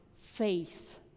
faith